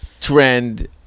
trend